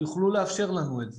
יוכלו לאפשר לנו את זה.